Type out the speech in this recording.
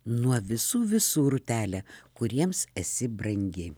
nuo visų visų rūtele kuriems esi brangi